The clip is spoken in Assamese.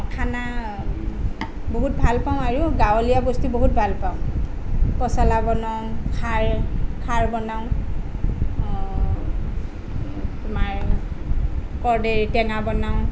খানা বহুত ভালপাওঁ আৰু গাঁৱলীয়া বস্তু বহুত ভালপাওঁ পচলা বনাওঁ খাৰ খাৰ বনাওঁ তোমাৰ কৰ্দৈ টেঙা বনাওঁ